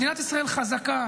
מדינת ישראל חזקה,